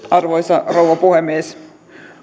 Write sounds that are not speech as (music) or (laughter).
(unintelligible) arvoisa rouva puhemies